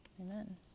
Amen